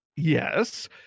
Yes